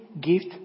gift